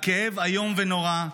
הכאב איום ונורא.